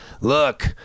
look